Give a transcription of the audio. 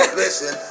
listen